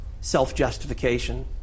self-justification